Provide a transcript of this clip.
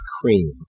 cream